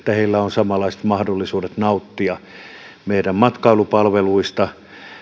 samanlaiset mahdollisuudet nauttia meidän matkailupalveluista